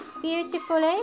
beautifully